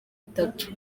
itatu